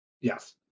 Yes